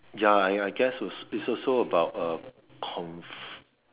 ya ya I guess is is also about the cons